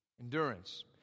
endurance